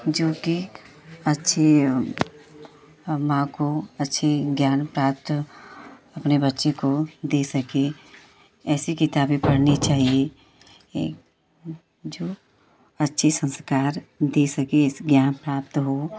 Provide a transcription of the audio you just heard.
जोकि अच्छे माँ को अच्छे ज्ञान प्राप्त अपने बच्चे को दे सके ऐसी किताबें पढ़नी चाहिए यह जो अच्छी संस्कार दे सकें इस ज्ञान प्राप्त हो